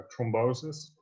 thrombosis